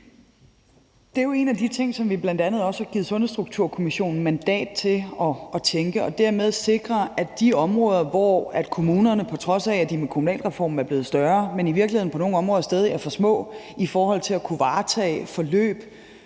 Det er jo en af de ting, som vi bl.a. også har givet Sundhedsstrukturkommissionen mandat til at tage med, og dermed sikre indsatsen i de områder, hvor kommunerne, på trods af at de med kommunalreformen er blevet større, i virkeligheden på nogle områder stadig er for små i forhold til at kunne varetage forløb